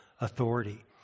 authority